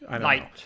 Light